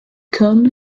come